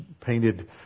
painted